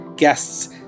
Guests